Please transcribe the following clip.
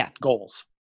goals